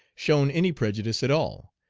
shown any prejudice at all.